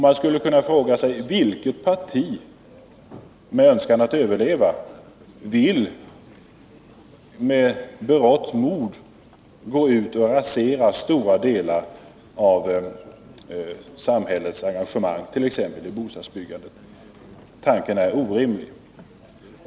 Man kan fråga sig: Vilket parti med en önskan att överleva vill med berått mod gå ut och rasera stora delar av samhällets engagemang i t.ex. bostadsbyggandet? Tanken är orimlig.